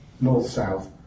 north-south